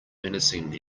menacing